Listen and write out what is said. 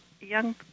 young